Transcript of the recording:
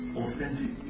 authentic